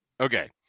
Okay